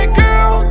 girl